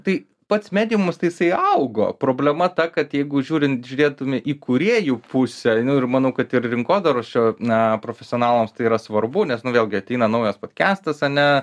tai pats mediumus tai jisai augo problema ta kad jeigu žiūrint žiūrėtume į kūrėjų pusę nu ir manau kad ir rinkodaros čia na profesionalams tai yra svarbu nes nu vėlgi ateina naujas podkestas ane